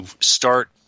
start